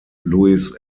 luis